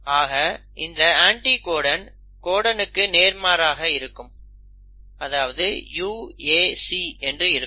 ஆக இந்த அண்டிகோடன் கோடனுக்கு நேர்மாறாக இருக்கும் அதாவது UAC என்று இருக்கும்